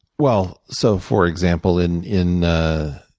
well, so for example, in in